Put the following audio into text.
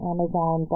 Amazon